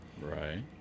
Right